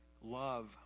love